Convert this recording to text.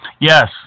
Yes